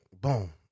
boom